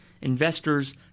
investors